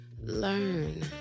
learn